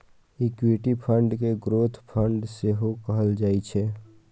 equity fund कें growth fund सेहो कहल जाइ छै